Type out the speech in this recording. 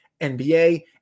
NBA